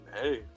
hey